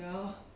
ya